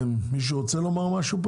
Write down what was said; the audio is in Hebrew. מישהו פה רוצה לומר משהו?